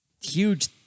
huge